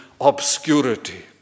obscurity